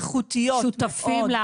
איכותיות מאוד.